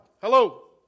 Hello